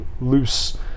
loose